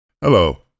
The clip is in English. Hello